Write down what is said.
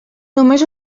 només